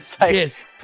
Yes